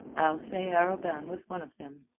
alcee arobin was one of them.